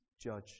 judge